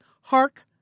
Hark